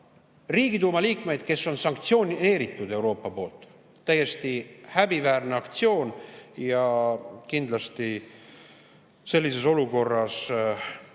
Riigiduuma liikmeid, kes on sanktsioneeritud Euroopa poolt. Täiesti häbiväärne aktsioon! Ja kindlasti sellises olukorras